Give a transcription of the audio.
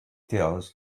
tells